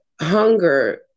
hunger